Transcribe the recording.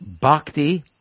Bhakti